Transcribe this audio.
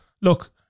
look